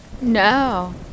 No